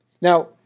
Now